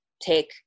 take